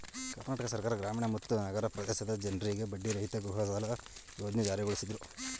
ಕರ್ನಾಟಕ ಸರ್ಕಾರ ಗ್ರಾಮೀಣ ಮತ್ತು ನಗರ ಪ್ರದೇಶದ ಜನ್ರಿಗೆ ಬಡ್ಡಿರಹಿತ ಗೃಹಸಾಲ ಯೋಜ್ನೆ ಜಾರಿಗೊಳಿಸಿದ್ರು